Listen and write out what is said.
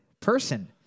person